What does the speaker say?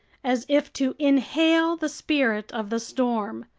as if to inhale the spirit of the storm.